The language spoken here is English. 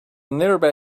nearby